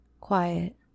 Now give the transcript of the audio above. Quiet